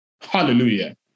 Hallelujah